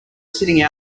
sitting